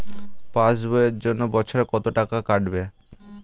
Pass বইয়ের জন্য বছরে কত টাকা কাটবে?